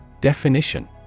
Definition